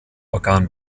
organ